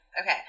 Okay